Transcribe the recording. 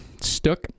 Stuck